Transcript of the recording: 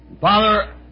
Father